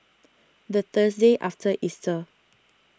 the Thursday after Easter